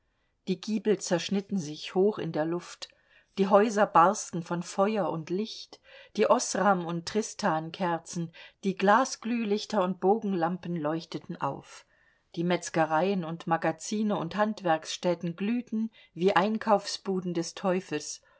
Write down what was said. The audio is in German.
die giebel zerschnitten sich hoch in der luft die häuser barsten von feuer und licht die osram und tristankerzen die glasglühlichter und bogenlampen leuchteten auf die metzgereien und magazine und handwerksstätten glühten wie einkaufsbuden des teufels